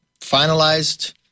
finalized